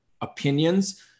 opinions